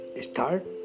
start